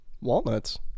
Walnuts